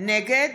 נגד